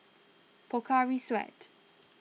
Pocari Sweat